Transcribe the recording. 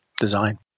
design